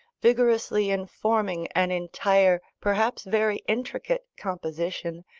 vigorously informing an entire, perhaps very intricate, composition,